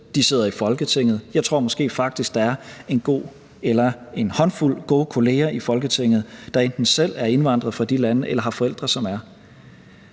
De sidder i Folketinget. Jeg tror måske faktisk, der er en håndfuld gode kolleger i Folketinget, der enten selv er indvandret fra de lande eller har forældre, som er